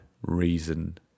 reason